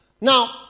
Now